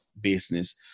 business